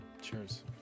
Cheers